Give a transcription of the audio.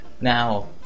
Now